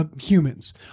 humans